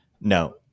no